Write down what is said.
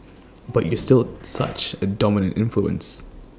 but you're still such A dominant influence